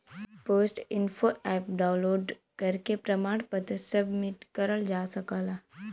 post info app download करके प्रमाण पत्र सबमिट करल जा सकला